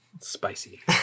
spicy